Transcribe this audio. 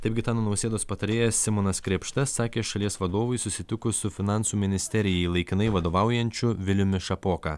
taip gitano nausėdos patarėjas simonas krėpšta sakė šalies vadovui susitikus su finansų ministerijai laikinai vadovaujančiu viliumi šapoka